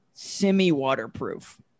semi-waterproof